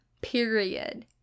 Period